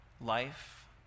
life